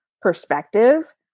perspective